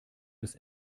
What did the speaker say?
des